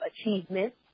achievements